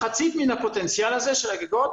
מחצית מן הפוטנציאל של הגגות